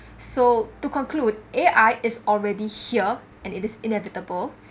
so to conclude A_I is already here and it is inevitable